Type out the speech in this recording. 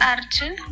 Arjun